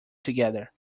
together